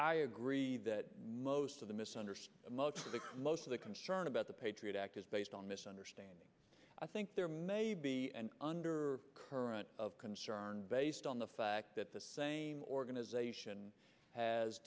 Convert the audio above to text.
i agree that most of the misunderstood most of the most of the concern about the patriot act is based on misunderstanding i think there may be an under current of concern based on the fact that the same organization has